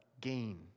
gain